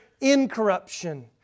incorruption